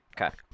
Okay